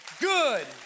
good